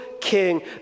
king